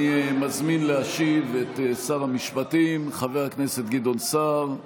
אני מזמין את שר המשפטים חבר הכנסת גדעון סער להשיב,